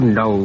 no